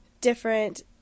different